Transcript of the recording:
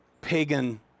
pagan